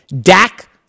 Dak